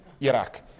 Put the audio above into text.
Iraq